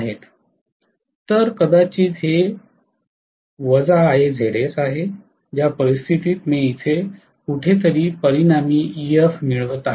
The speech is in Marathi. तर कदाचित हे IaZs आहे ज्या परिस्थितीत मी येथे कुठेतरी परिणामी Ef मिळवित आहे